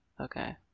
Okay